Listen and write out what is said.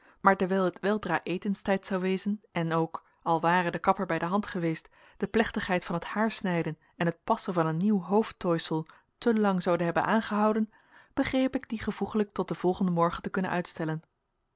maar dewijl het weldra etenstijd zou wezen en ook al ware de kapper bij de hand geweest de plechtigheid van het haarsnijden en het passen van een nieuw hoofdtooisel te lang zoude hebben aangehouden begreep ik die gevoeglijk tot den volgenden morgen te kunnen uitstellen